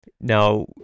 Now